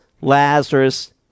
Lazarus